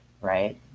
right